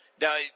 now